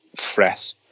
threat